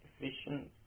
efficient